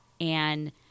And-